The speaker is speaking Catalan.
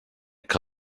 que